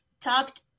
talked